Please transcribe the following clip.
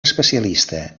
especialista